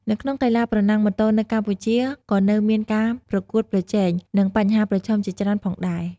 នៅក្នុងកីឡាប្រណាំងម៉ូតូនៅកម្ពុជាក៏នៅមានការប្រកួតប្រជែង និងបញ្ហាប្រឈមជាច្រើនផងដែរ។